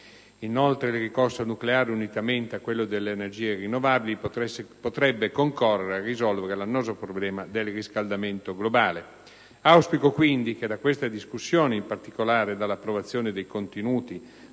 Inoltre, il ricorso al nucleare, unitamente a quello alle energie rinnovabili, potrebbe concorrere a risolvere l'annoso problema del riscaldamento globale. Auspico quindi che da questa discussione, in particolare dall'approvazione dei contenuti